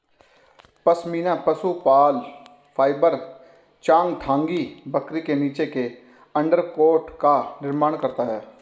पश्मीना पशु बाल फाइबर चांगथांगी बकरी के नीचे के अंडरकोट का निर्माण करता है